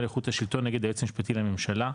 לאיכות השלטון נגד היועץ המשפטי לממשלה,